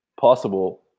possible